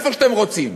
איפה שאתם רוצים?